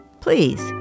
please